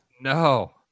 No